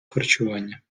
харчування